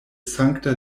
sankta